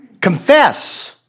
Confess